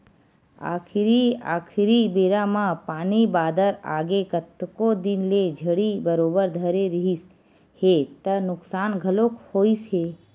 आखरी आखरी बेरा म पानी बादर आगे कतको दिन ले झड़ी बरोबर धरे रिहिस हे त नुकसान घलोक होइस हे